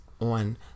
on